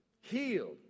healed